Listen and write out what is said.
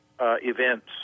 events